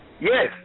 Yes